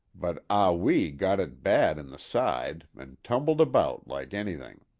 but ah wee got it bad in the side an' tumbled about like anything.